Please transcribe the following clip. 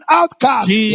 outcast